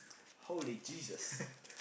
holy Jesus